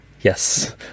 Yes